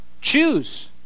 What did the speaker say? Choose